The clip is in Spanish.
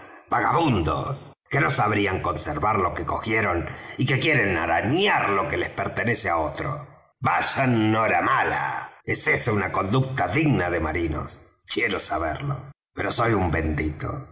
conmigo vagabundos que no sabrían conservar lo que cogieron y que quieren arañar lo que pertenece á otro vayan noramala es esa una conducta digna de marinos quiero saberlo pero soy un bendito